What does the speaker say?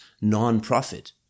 non-profit